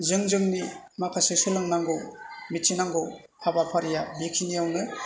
जों जोंनि माखासे सोलोंनांगौ मिथिनांगौ हाबाफारिया बेखिनियावनो